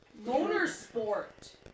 Motorsport